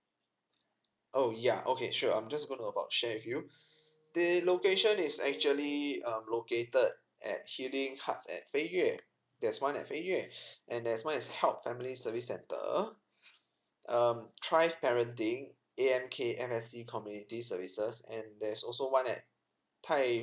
oh yeah okay sure I'm just gonna about share with you the location is actually um located at healing hearts at fe yue that's one at fe yue and there's one at heart's family service center um thrive parenting A_M_K_F_S_C community services and there's also one at thye